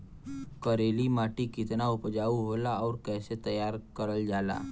करेली माटी कितना उपजाऊ होला और कैसे तैयार करल जाला?